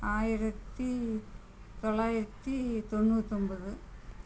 ஆயிரத்து தொள்ளாயிரத்து தொண்ணூற்றி ஒம்பது